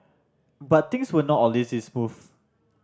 but things were not always this smooth